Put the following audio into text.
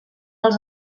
els